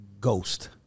ghost